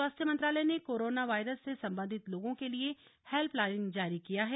स्वास्थ्य मंत्रालय ने कोरोना वायरस से संबंधित लोगों के लिए हेल्पलाइन जारी किया है